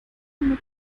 mit